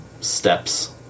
steps